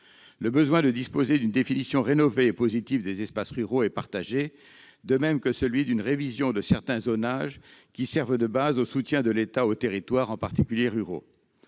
Le besoin de disposer d'une définition rénovée et positive des espaces ruraux est partagé, de même que celui d'une révision de certains zonages qui servent de base au soutien de l'État aux territoires, en particulier ruraux.